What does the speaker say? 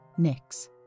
Nyx